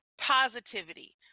positivity